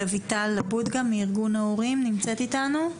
רויטל אבו דגה מארגון ההורים נמצאת איתנו?